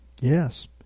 Yes